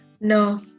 No